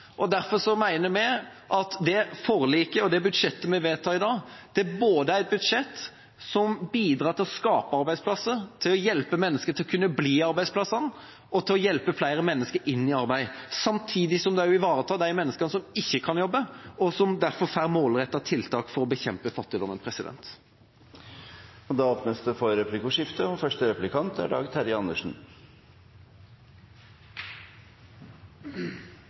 bra. Derfor mener vi at det forliket og det budsjettet vi vedtar i dag, er et budsjett som både bidrar til å skape arbeidsplasser, til å hjelpe mennesker til å kunne bli i arbeidsplassene, og til å hjelpe flere mennesker inn i arbeid. Samtidig ivaretar vi de menneskene som ikke kan jobbe, og som derfor får målrettede tiltak for å bekjempe fattigdommen. Det blir replikkordskifte. Som jeg nevnte i mitt innlegg, så er